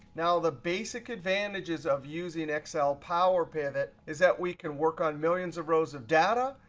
now, the basic advantages of using excel power pivot is that we can work on millions of rows of data.